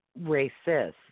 racist